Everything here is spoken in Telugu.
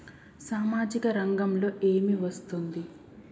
సామాజిక రంగంలో ఏమి వస్తుంది?